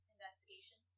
Investigation